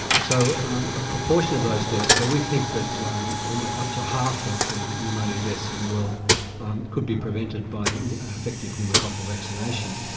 so a proportion of those deaths, so we think that um um ah up to half of the pneumonia deaths in the world could be prevented by and effective pneumococcal vaccination,